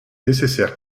nécessaires